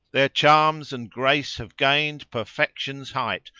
their charms and grace have gained perfection's height,